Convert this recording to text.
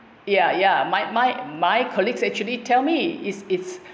ya ya my my my colleagues actually tell me it's it's